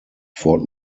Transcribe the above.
fort